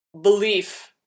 belief